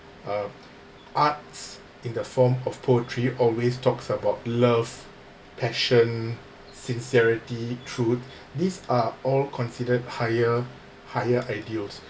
uh arts in the form of poetry always talks about love passion sincerity truth these are all considered higher higher ideals